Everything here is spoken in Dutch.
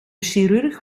chirurg